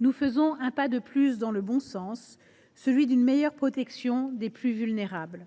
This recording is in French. nous faisons un pas de plus dans le bon sens, celui d’une meilleure protection des plus vulnérables.